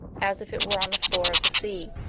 as if it were on the floor of the sea.